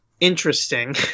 interesting